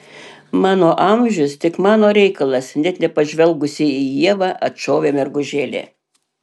mano amžius tik mano reikalas net nepažvelgusi į ievą atšovė mergužėlė